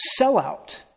sellout